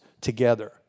together